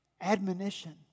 admonition